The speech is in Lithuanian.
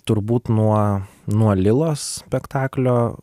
turbūt nuo nuo lilos spektaklio